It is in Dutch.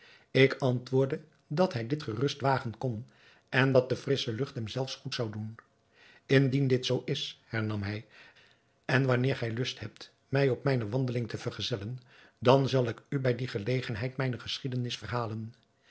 ik antwoordde dat hij dit gerust wagen kon en dat de frissche lucht hem zelfs goed zou zijn indien dit zoo is hernam hij en wanneer gij lust hebt mij op mijne wandeling te vergezellen dan zal ik u bij die gelegenheid mijne geschiedenis verhalen